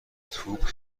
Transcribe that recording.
توپ